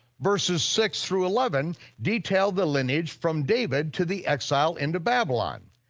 verses six through eleven detail the lineage from david to the exile into babylon.